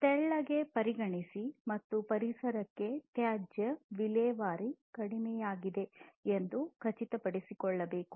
ತೆಳ್ಳಗೆ ಪರಿಗಣಿಸಿ ಮತ್ತು ಪರಿಸರಕ್ಕೆ ತ್ಯಾಜ್ಯ ವಿಲೇವಾರಿ ಕಡಿಮೆಯಾಗಿದೆ ಎಂದು ಖಚಿತಪಡಿಸಿಕೊಳ್ಳುವುದು